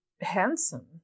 handsome